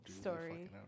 story